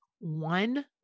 one